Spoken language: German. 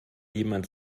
jemand